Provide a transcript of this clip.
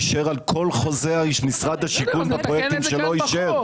אישר על כל חוזה איש משרד השיכון בפרויקטים שלו אישר.